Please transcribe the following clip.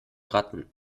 ratten